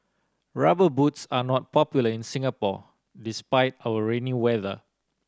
Rubber Boots are not popular in Singapore despite our rainy weather